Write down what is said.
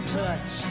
touch